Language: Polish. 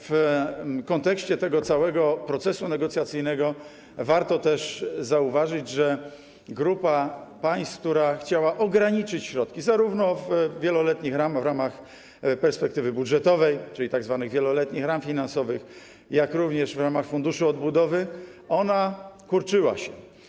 W kontekście całego procesu negocjacyjnego warto zauważyć, że grupa państw, która chciała ograniczyć środki, zarówno w wieloletnich ramach, w ramach perspektywy budżetowej, czyli tzw. wieloletnich ram finansowych, jak również w ramach funduszu odbudowy, kurczyła się.